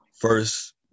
First